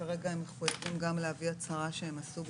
וכרגע הם מחויבים להביא הצהרה שהם עשו הצהרה,